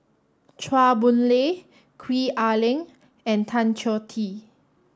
Chua Boon Lay Gwee Ah Leng and Tan Choh Tee